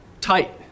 tight